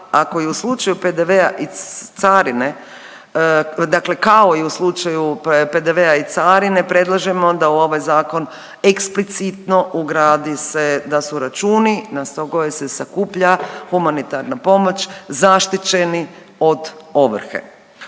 ako i u slučaju PDV-a i carine dakle kao i u slučaju PDV-a i carine predlažemo da u ovaj zakon eksplicitno ugradi se da su računi na koje se sakuplja humanitarna pomoć zaštićeni od ovrhe.